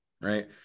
right